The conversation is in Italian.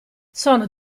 sono